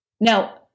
Now